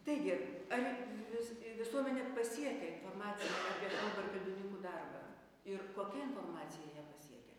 taigi ar vis visuomenę pasiekia informacija apie kalbą ir kalbininkų darbą ir kokia informacija ją pasiekia